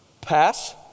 pass